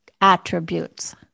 attributes